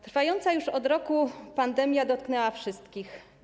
Trwająca już od roku pandemia dotknęła wszystkich.